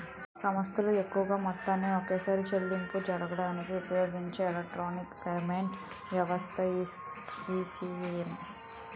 సంస్థలు ఎక్కువ మొత్తాన్ని ఒకేసారి చెల్లింపులు జరపడానికి ఉపయోగించే ఎలక్ట్రానిక్ పేమెంట్ వ్యవస్థే ఈ.సి.ఎస్